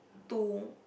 to